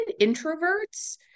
introverts